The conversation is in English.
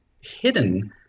hidden